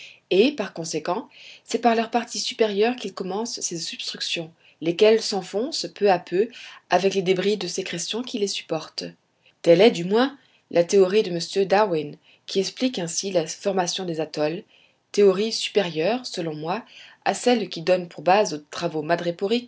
et par conséquent c'est par leur partie supérieure qu'ils commencent ces substructions lesquelles s'enfoncent peu à peu avec les débris de sécrétions qui les supportent telle est du moins la théorie de m darwin qui explique ainsi la formation des atolls théorie supérieure selon moi à celle qui donne pour base aux travaux